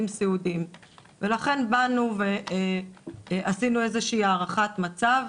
סיעודיים ולכן באנו ועשינו איזו שהיא הערכת מצב,